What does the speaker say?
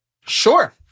Sure